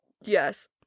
yes